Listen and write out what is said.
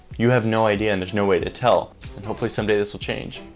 you have no idea and there's no way to tell. and hopefully someday this will change.